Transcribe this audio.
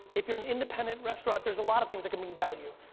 if you're an independent restaurant, there's a lot of things that can be value.